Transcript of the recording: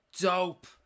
dope